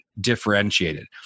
differentiated